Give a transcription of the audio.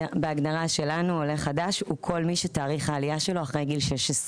בהגדרה שלנו עולה חדש הוא כל מי שתאריך העלייה שלו אחרי גיל 16,